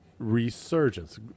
Resurgence